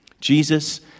Jesus